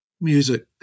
music